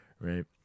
right